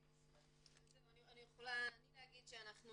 אני יכולה להגיד שאנחנו